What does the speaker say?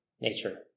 nature